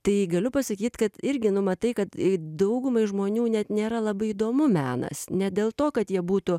tai galiu pasakyt kad irgi nu matai kad daugumai žmonių net nėra labai įdomu menas ne dėl to kad jie būtų